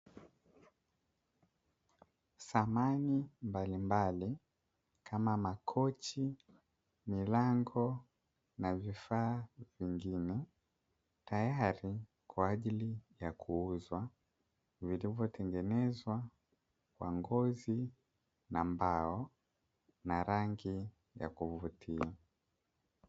Samani mnalimbali kama makochi, milango na vifaa vingine tayari kwa ajili ya kuuzwa, vilivyotengezwa kwa ngozi na mbao na rangi ya kuvutia.